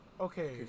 okay